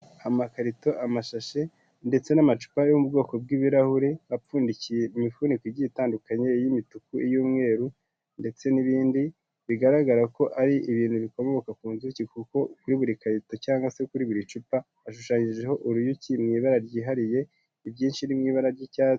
Amakarito, amashashi, ndetse n'amacupa ari mu bwoko bw'ibirahure, apfundikiye mu imifuniko igiye itandukanye iy'imituku, iy'umweru ndetse n'ibindi, bigaragara ko ari ibintu bikomoka ku nzuki kuko kuri buri karito cyangwa se kuri buri cupa, hashushanyijeho uruyuki mu ibara ryihariye, ibyinshi ni mu ibara ry'icyatsi.